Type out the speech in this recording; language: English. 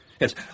Yes